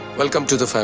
welcome to the